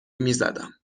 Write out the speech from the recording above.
میزدم